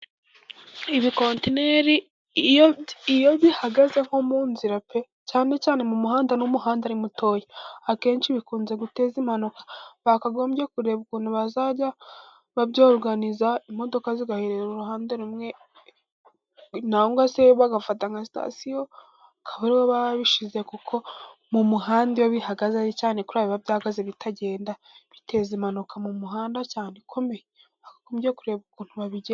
Ibi kontineri, iyo bihagaze nko mu nzira pe cyane cyane mu muhanda n'umuhanda ari mutoya, akenshi bikunze guteza impanuka. Bakagombye kureba ukuntu bazajya babyoruganiza, imodoka zigahera uruhande rumwe, cyangwa se bagafata nka sitasiyo hakaba ariho baba babishyize. Kuko mu muhanda, iyo bihagaze ari cyane, kubera biba byahagaze bitagenda, biteza impanuka mu muhanda cyane ikomeye. Bakagombye kureba ukuntu babigenza.